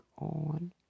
on